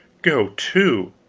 go to!